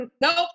nope